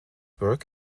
work